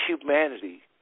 humanity